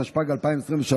התשפ"ג 2023,